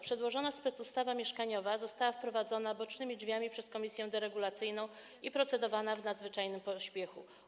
Przedłożona specustawa mieszkaniowa została wprowadzona bocznymi drzwiami przez komisję deregulacyjną i była procedowana w nadzwyczajnym pośpiechu.